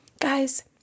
guys